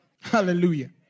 Hallelujah